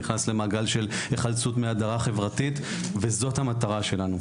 נכנס למעגל של היחלצות מהדרה חברתית וזאת המטרה שלנו,